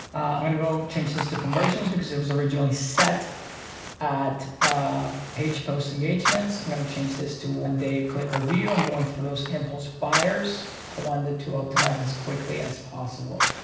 i'm gonna gonna go change this to conversions because it was originally set at page post engagements. i'm gonna change this to one day click or view. i'm going for those impulse buyers. i wanted to optimize as quickly as possible.